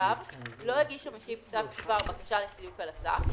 (ו)לא הגיש משיב כתב תשובה או בקשה לסילוק על הסף,